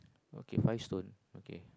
okay five stone okay